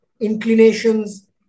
inclinations